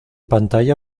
pantalla